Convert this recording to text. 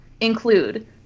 include